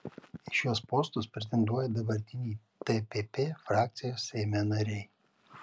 į šiuos postus pretenduoja dabartiniai tpp frakcijos seime nariai